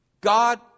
God